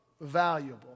valuable